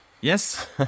Yes